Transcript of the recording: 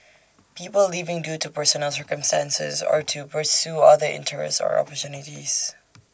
people leaving due to personal circumstances or to pursue other interests or opportunities